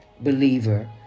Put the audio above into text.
believer